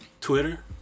Twitter